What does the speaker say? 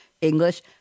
English